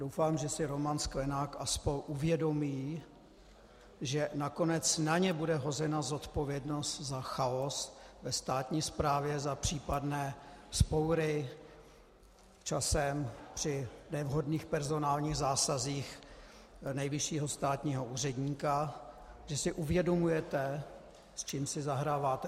Doufám, že si Roman Sklenák a spol. uvědomí, že nakonec na ně bude hozena zodpovědnost ve státní správě za případné vzpoury časem při nevhodných personálních zásazích nejvyššího státního úředníka, že si uvědomujete, s čím si zahráváte.